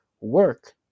work